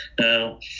Now